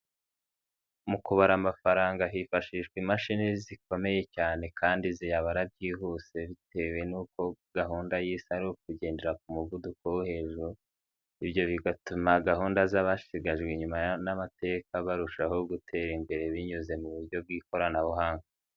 Mu kubara amafaranga hifashishwa imashini zikomeye cyane kandi ziyabara byihuse bitewe n'uko gahunda y'Isi ari ukugendera ku muvuduko wo hejuru, ibyo bigatuma gahunda z'abashigajwe inyuma n'amateka barushaho gutera imbere binyuze mu buryo bw'ikoranabuhanga.